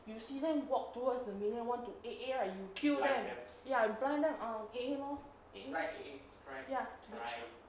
you see then you walk towards the middle want to A_A right you kill them ya blind them uh A_A lor A_A lor ya ya